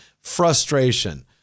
frustration